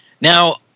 Now